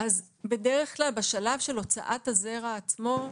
אז בדרך כלל בשלב של הוצאת הזרע עצמו,